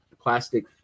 plastic